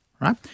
right